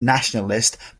nationalist